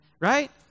right